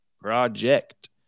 project